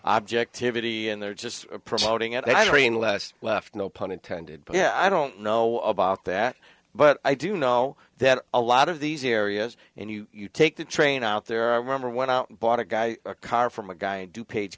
objectivity and they're just promoting it i mean less left no pun intended but yeah i don't know about that but i do know that a lot of these areas and you take the train out there i remember when i bought a guy a car from a guy to page